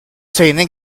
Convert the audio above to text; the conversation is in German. zähne